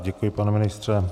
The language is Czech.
Děkuji, pane ministře.